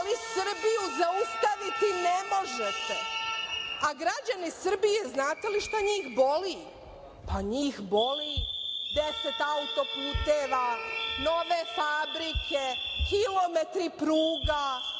ali Srbiju zaustaviti ne možete. Građani Srbije, znate li šta njih boli? Pa njih boli 10 autoputeva, nove fabrike, kilometri pruga,